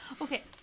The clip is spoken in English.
Okay